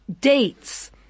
dates